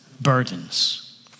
burdens